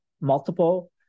multiple